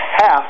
half